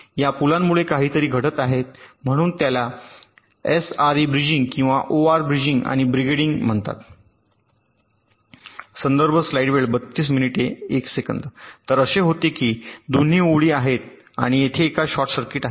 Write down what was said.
या पुलांमुळे काहीतरी घडत आहे म्हणून आम्ही त्याला एआरई ब्रिजिंग किंवा ओआर ब्रिजिंग आणि ब्रिगेडिंग म्हणतात तर असे होते की येथे दोन ओळी आहेत आणि येथे एक शॉर्ट सर्किट आहे